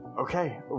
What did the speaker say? Okay